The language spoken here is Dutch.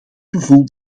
gevoel